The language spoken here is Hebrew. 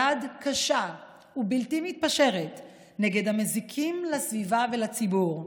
יד קשה ובלתי מתפשרת נגד המזיקים לסביבה ולציבור.